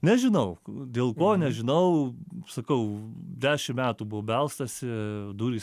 nežinau dėl ko nežinau sakau dešim metų buvo belstasi durys